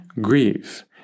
grieve